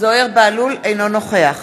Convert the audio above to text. אינו נוכח